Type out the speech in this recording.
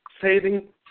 saving